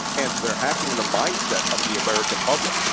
and they're hacking the mindset of the american public.